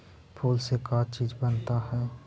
फूल से का चीज बनता है?